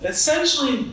Essentially